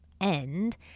end